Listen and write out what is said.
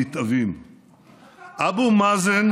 הכי נאמנה: ארץ ישראל לעם ישראל על פי תורת ישראל,